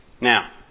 Now